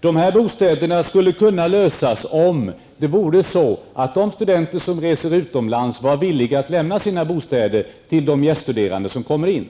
Dessa bostadsproblem skulle kunna lösas om de studenter som studerar utomlands var villiga att lämna sina bostäder till de gäststuderande som kommer hit.